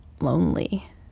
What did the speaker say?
lonely